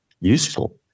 useful